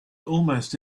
almost